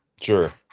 Sure